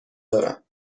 دارم